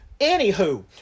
Anywho